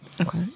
Okay